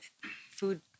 food –